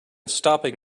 stopping